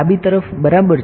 ડાબી બાજુ બરાબર છે